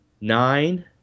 nine